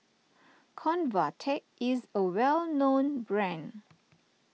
Convatec is a well known brand